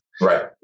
Right